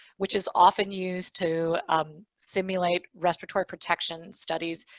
which is often used to simulate respiratory protection studies.